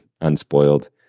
unspoiled